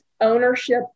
ownership